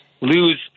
lose